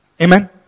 Amen